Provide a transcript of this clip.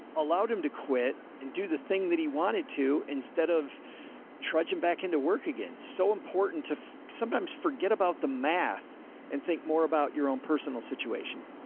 allowed him to quit and do the thing that he wanted to instead of trudging back into work. again. so important to sometimes forget about the math and think more about your own personal situation.